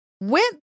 went